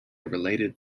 related